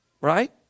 right